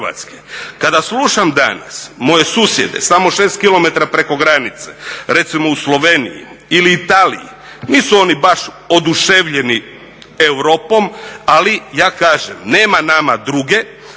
Kada slušam danas moje susjede samo 6 km preko granice, recimo u Sloveniji ili Italiji nisu oni baš oduševljeni Europom. Ali ja kažem nema nama druge,